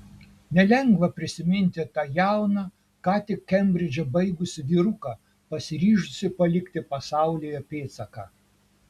nelengva prisiminti tą jauną tik ką kembridžą baigusį vyruką pasiryžusį palikti pasaulyje pėdsaką